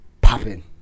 popping